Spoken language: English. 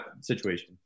situation